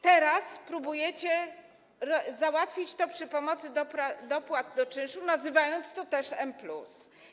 Teraz próbujecie załatwić to za pomocą dopłat do czynszu, nazywając to też „M+”